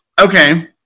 okay